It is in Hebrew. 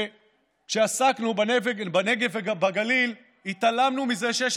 וכשעסקנו בנגב ובגליל התעלמנו מזה שיש